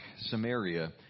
Samaria